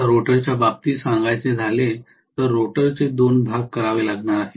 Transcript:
आता रोटरच्या बाबतीत सांगायचे झाले तर रोटरचे दोन भाग करावे लागणार आहेत